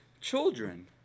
children